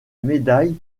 médaille